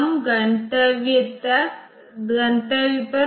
तो 4 स्रोत रजिस्टर में है